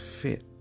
fit